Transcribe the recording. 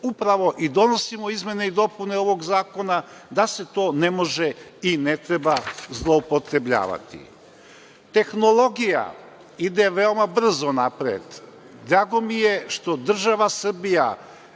i donosimo izmene i dopune ovog zakona da se to ne može i ne treba zloupotrebljavati. Tehnologija ide veoma brzo napred. Drago mi je što država Srbija